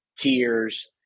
tears